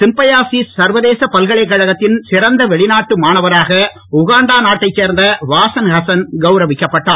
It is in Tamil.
சிம்பயாசிஸ் சர்வதேச பல்கலைக்கழகத்தின் சிறந்த வெளிநாட்டு மாணவராக உகாண்டா நாட்டைச் சேர்ந்த வாசன் ஹசன் கவுரவிக்கப்பட்டார்